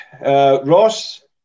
Ross